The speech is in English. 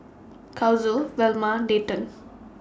Kazuo Velma Dayton